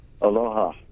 Aloha